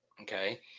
Okay